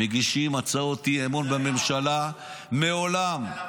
מגישים הצעות אי-אמון בממשלה --- אם זה היה הפוך,